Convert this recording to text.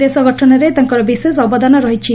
ଦେଶ ଗଠନରେ ତାଙ୍କର ବିଶେଷ ଅବଦାନ ରହିଛି